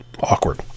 awkward